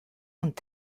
und